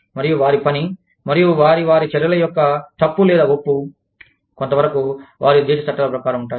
మరియు వారి పని మరియు వారి వారి చర్యల యొక్క తప్పు లేదా ఒప్పు కొంతవరకు వారి దేశ చట్టాల ప్రకారం వుంటాయి